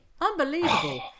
unbelievable